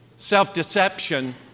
self-deception